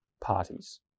parties